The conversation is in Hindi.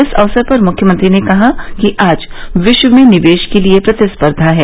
इस अवसर पर मुख्यमंत्री ने कहा कि आज विश्व में निवेश के लिये प्रतिस्पर्धा है